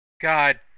God